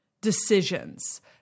decisions